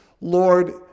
Lord